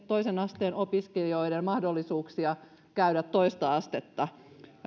toisen asteen opiskelijoiden mahdollisuuksia käydä toista astetta